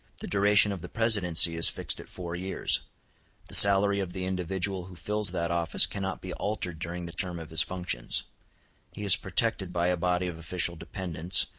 the duration of the presidency is fixed at four years the salary of the individual who fills that office cannot be altered during the term of his functions he is protected by a body of official dependents,